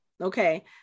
okay